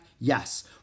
Yes